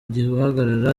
guhagarara